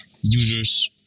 users